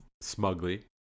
smugly